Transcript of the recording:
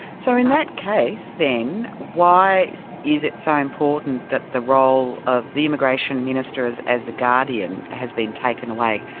so in that case, then, why is it so important that the role of the immigration minister as as the guardian has been taken away,